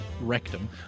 rectum